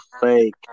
fake